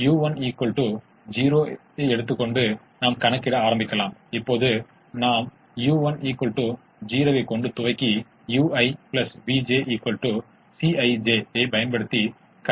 இப்போது உகந்த அளவுகோல் தேற்றத்தை இந்த வழியில் விளக்குவோம் எனவே 10X1 9X2 3X1 3X2 க்கு 21 க்கு சமமானதை விடவும் 4X1 3X2 24 க்கு சமமானதை விடவும் குறைவாக உள்ள அதே நேரியல் நிரலாக்க சிக்கலுக்கு செல்கிறோம்